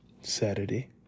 Saturday